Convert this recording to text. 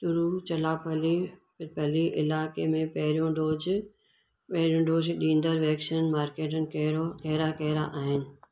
तिरुचिरापल्ली पली इलाइक़े में पहिरियों डोज पहिरियों डोज ॾींदड़ वैक्सीन मर्कज़ु कहिड़ो कहिड़ा कहिड़ा आहिनि